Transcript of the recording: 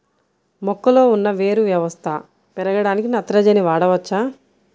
మొక్కలో ఉన్న వేరు వ్యవస్థ పెరగడానికి నత్రజని వాడవచ్చా?